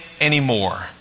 anymore